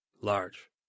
Large